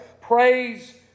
Praise